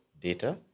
data